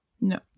No